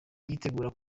yitegura